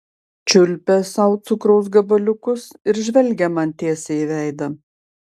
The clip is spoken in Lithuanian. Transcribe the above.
čiulpė sau cukraus gabaliukus ir žvelgė man tiesiai į veidą